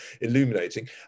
illuminating